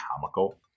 comical